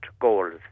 goals